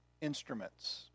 instruments